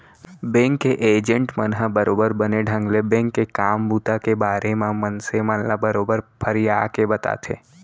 bank के agent मन ह बरोबर बने ढंग ले बेंक के काम बूता के बारे म मनसे मन ल बरोबर फरियाके बताथे